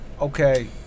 Okay